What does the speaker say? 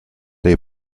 dei